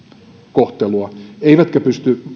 kohtelua eivätkä pysty